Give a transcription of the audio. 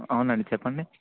అవునండి చెప్పండి